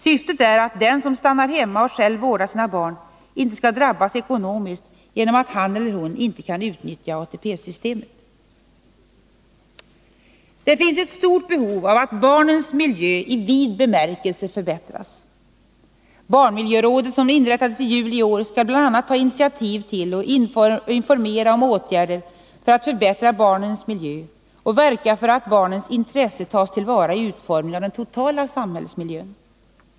Syftet är att den som stannar hemma och själv vårdar sina barn inte skall drabbas ekonomiskt genom att han eller hon inte kan utnyttja ATP-systemet. Det finns ett stort behov av att barnens miljö i vid bemärkelse förbättras. Barnmiljörådet som inrättades i juli i år skall bl.a. ta initiativ till och informera om åtgärder för att förbättra barnens miljö och verka för att barnens intresse tas till vara i utformningen av den totala samhällsmiljön.